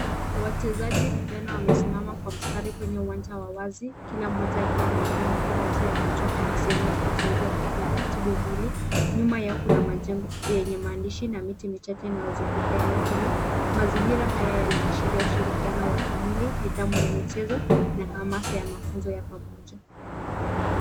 Wachezaji vijana, wamesimama kwa mistari kwenye uwanja wa wazi, kila mmoja akiwa ameinua mpira juu ya kichwa kama sehemu ya mazoezi ya kuratibu mwili. Nyuma yao, kuna majengo yenye maandishi na miti michache inayozunguka eneo hilo. Mazingira haya yanaashiria ushirikiano wa kimwili, nidhamu ya michezo na hamasa ya mafunzo ya pamoja.